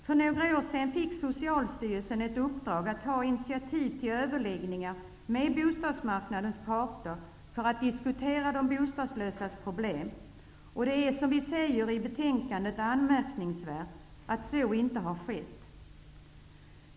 För några år sedan fick Socialstyrelsen i uppdrag att ta initiativ till överläggningar med bostadsmarknadens parter för att diskutera de bostadslösas problem, och det är, som vi säger i betänkandet, anmärkningsvärt att så inte har skett.